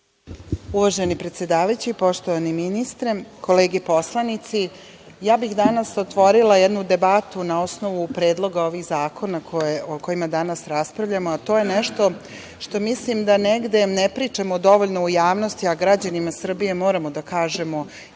Uvaženi predsedavajući, poštovani ministre, kolege poslanici, ja bih danas otvorila jednu debatu na osnovu ovih predloga zakona o kojima danas raspravljamo, a to je nešto što mislim da negde ne pričamo dovoljno u javnosti, a građanima Srbije moramo da kažemo jednu